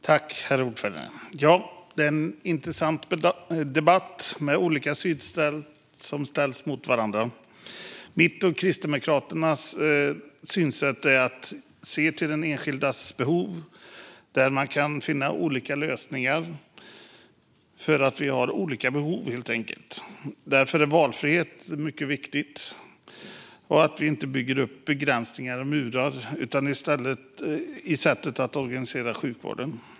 Herr talman! Det här är en intressant debatt där olika synsätt ställs mot varandra. Mitt och Kristdemokraternas synsätt är att se till den enskildes behov och ta fram olika lösningar. Vi har helt enkelt olika behov. Därför är valfriheten mycket viktig. Vi får inte bygga upp begränsningar och murar i sättet att organisera sjukvården.